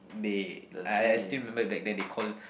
they I I still remember back then they call